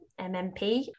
MMP